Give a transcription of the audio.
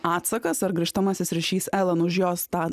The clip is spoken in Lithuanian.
atsakas ar grįžtamasis ryšys elan už jos tą